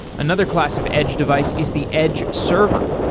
another class of edge device is the edge server.